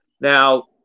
Now